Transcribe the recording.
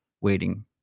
waiting